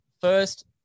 First